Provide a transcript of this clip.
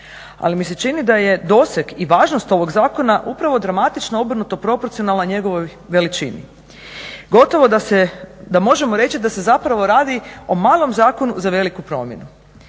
ali mislim da je doseg i važnost ovog zakona upravo dramatična i obrnuto proporcionalna njegovoj veličini. Gotovo da možemo reći da se radi o malom zakonu za veliku promjenu,